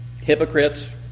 hypocrites